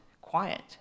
quiet